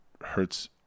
hurts